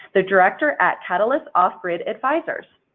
the director at catalyst off-grid advisors.